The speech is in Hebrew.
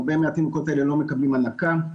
הרבה מהתינוקות האלה לא מקבלים הנקה,